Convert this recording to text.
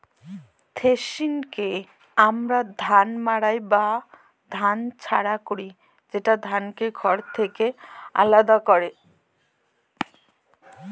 থ্রেশিংকে আমরা ধান মাড়াই বা ধান ঝাড়া কহি, যেটা ধানকে খড় থেকে আলাদা করে